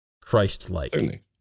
christ-like